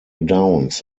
downs